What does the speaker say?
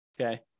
okay